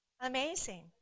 amazing